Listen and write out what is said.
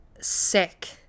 sick